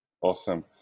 Awesome